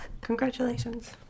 Congratulations